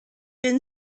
been